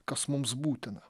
kas mums būtina